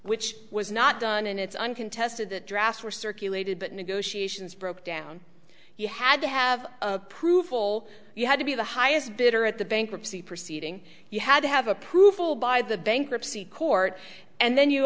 which was not done and it's uncontested that drafts were circulated but negotiations broke down you had to have approval you had to be the highest bidder at the bankruptcy proceeding you had to have approval by the bankruptcy court and then you